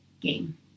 game